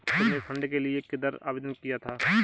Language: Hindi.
तुमने फंड के लिए किधर आवेदन किया था?